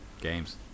Games